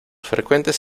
frecuentes